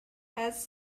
has